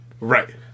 Right